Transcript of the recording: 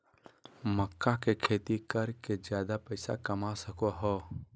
मक्का के खेती कर के ज्यादा पैसा कमा सको हो